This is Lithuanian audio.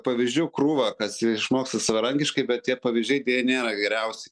pavyzdžių krūvą kas išmoksta savarankiškai bet tie pavyzdžiai deja nėra geriausi